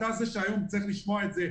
אתה זה שהיום צריך לשמוע את זה,